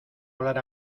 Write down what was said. hablar